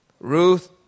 Ruth